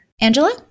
Angela